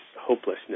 hopelessness